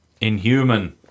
inhuman